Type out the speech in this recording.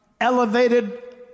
elevated